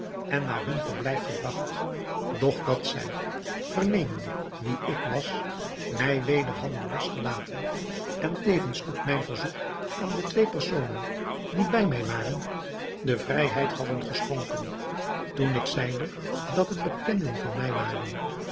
en naar hun verblijf gebragt doch dat zij vernemende wie ik was mij weder hadden losgelaten en tevens op mijn verzoek aan de twee personen die bij mij waren de vrijheid hadden geschonken toen ik zeide dat het bekenden van mij waren